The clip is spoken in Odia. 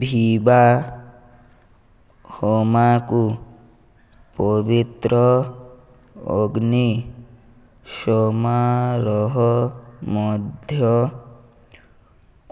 ବିଭାହୋମକୁ ପବିତ୍ର ଅଗ୍ନି ସମାରୋହ ମଧ୍ୟ